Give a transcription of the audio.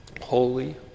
Holy